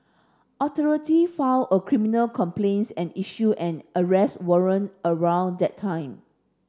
authority filed a criminal complaints and issued an arrest warrant around that time